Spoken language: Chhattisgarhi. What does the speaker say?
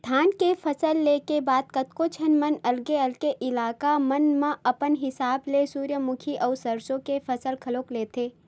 धान के फसल ले के बाद कतको झन मन अलगे अलगे इलाका मन म अपन हिसाब ले सूरजमुखी अउ सरसो के फसल घलोक लेथे